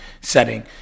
setting